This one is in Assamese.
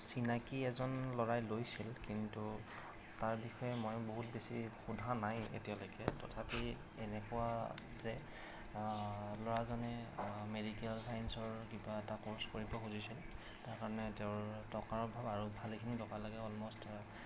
চিনাকি এজন ল'ৰাই লৈছিল কিন্তু তাৰ বিষয়ে মই বহুত বেছি সোধা নাই এতিয়ালৈকে তথাপি এনেকুৱা যে ল'ৰাজনে মেডিকেল চাইঞ্চৰ কিবা এটা কোৰ্চ কৰিব খুজিছিল তাৰকাৰণে তেওঁৰ টকাৰ অভাৱ আৰু ভালেখিনি টকা লাগে অ'লম'ষ্ট